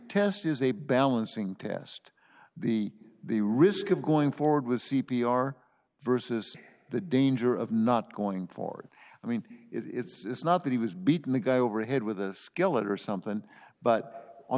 test is a balancing test the the risk of going forward with c p r versus the danger of not going forward i mean it's not that he was beating the guy over a head with a skillet or something but on